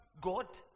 God